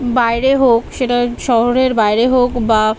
বাইরে হোক সেটা শহরের বাইরে হোক বা